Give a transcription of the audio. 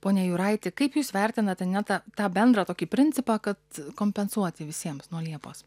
pone jūraiti kaip jūs vertinate ne tą tą bendrą tokį principą kad kompensuoti visiems nuo liepos